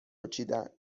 چیدن